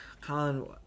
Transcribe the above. Colin